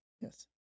Yes